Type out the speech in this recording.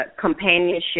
companionship